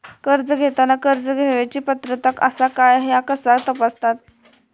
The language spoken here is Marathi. कर्ज घेताना कर्ज घेवची पात्रता आसा काय ह्या कसा तपासतात?